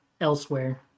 elsewhere